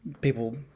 People